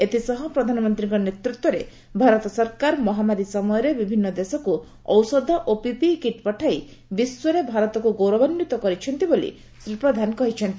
ଏଥିସହ ପ୍ରଧାନମନ୍ତୀଙ୍କ ନେତିତ୍ୱରେ ଭାରତ ସରକାର ମହାମାରୀ ସମୟରେ ବିଭିନ୍ନ ଦେଶକୁ ଔଷଧ ଓ ପିପିଇ କିଟ୍ ପଠାଇ ବିଶ୍ୱରେ ଭାରତକୁ ଗୌରବାନ୍ୱିତ କରିଛନ୍ତି ବୋଲି ଶ୍ରୀ ପ୍ରଧାନ କହିଛନ୍ତି